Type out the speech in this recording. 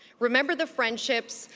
remember the friendships,